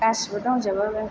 गासिबो दंजोबो